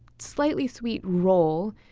slightly sweet roll,